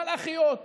מלאכיות.